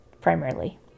primarily